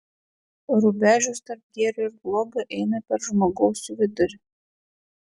rubežius tarp gėrio ir blogio eina per žmogaus vidurį